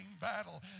battle